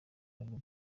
ariwo